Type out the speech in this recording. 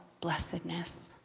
blessedness